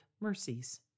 mercies